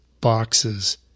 boxes